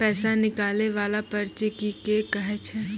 पैसा निकाले वाला पर्ची के की कहै छै?